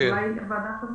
אולי הוועדה תבין.